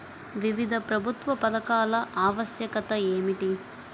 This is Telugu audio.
వివిధ ప్రభుత్వ పథకాల ఆవశ్యకత ఏమిటీ?